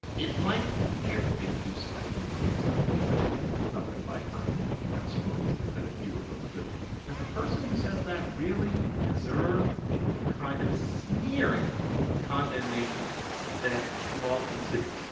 it might irritate you slightly to hear somebody say something like, i need less books instead of fewer books. but does a person who says that really deserve the kind of sneering condemnation that you often see?